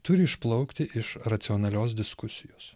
turi išplaukti iš racionalios diskusijos